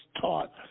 taught